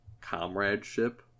comradeship